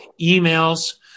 emails